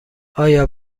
آیا